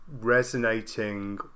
resonating